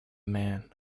man